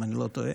אם אני לא טועה,